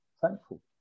thankful